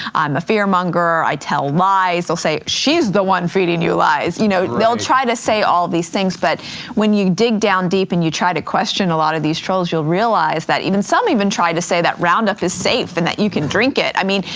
i'm a fear monger or i tell lies. they'll say, she's one feeding you lies. you know they'll try to say all these things but when you dig down deep, and you try to question a lot of these trolls, you'll realize that some even try to say that roundup is safe, and that you can drink it. i mean,